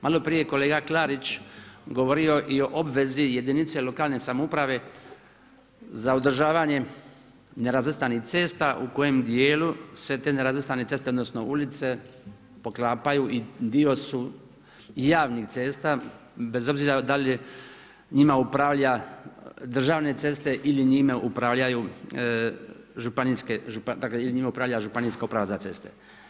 Maloprije je kolega Klarić govorio i o obvezi jedinice lokalne samouprave za održavanje nerazvrstanih cesta u kojem djelu se te nerazvrstane ceste odnosno ulice poklapaju i dio su javnih cesta bez obzira da li njima upravlja državne ceste ili njime upravljaju Županijska uprava za ceste.